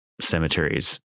cemeteries